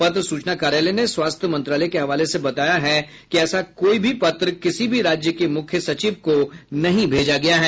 पत्र सूचना कार्यालय ने स्वास्थ्य मंत्रालय के हवाले से बताया है कि ऐसा कोई भी पत्र किसी भी राज्य के मुख्य सचिव को नहीं भेजा गया है